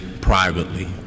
privately